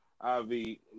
Ivy